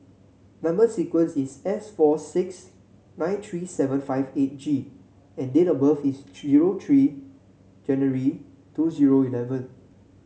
number sequence is S four six nine three seven five eight G and date of birth is zero three January two zero eleven